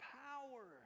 power